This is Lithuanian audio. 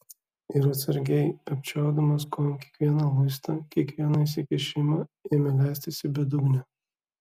ir atsargiai apčiuopdamas kojom kiekvieną luistą kiekvieną išsikišimą ėmė leistis į bedugnę